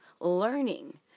learning